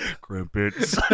Crumpets